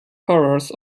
horrors